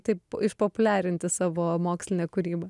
taip išpopuliarinti savo mokslinę kūrybą